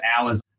hours